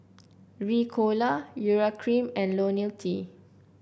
Ricola Urea Cream and IoniL T